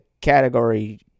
category